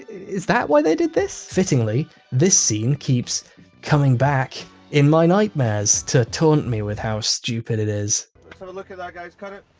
is that why they did this? fittingly this scene keeps coming back in my nightmares to taunt me with how stupid it is. let's have a look at that guys, cut it.